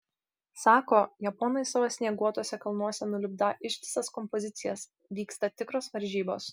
sako japonai savo snieguotuose kalnuose nulipdą ištisas kompozicijas vyksta tikros varžybos